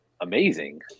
amazing